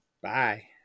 Bye